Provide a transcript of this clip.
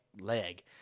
leg